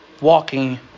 Walking